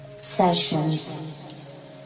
sessions